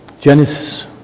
Genesis